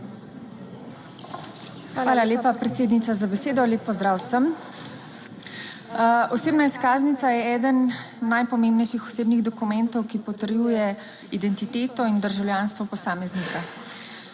Hvala lepa predsednica za besedo. Lep pozdrav vsem. Osebna izkaznica je eden najpomembnejših osebnih dokumentov, ki potrjuje identiteto in državljanstvo posameznika.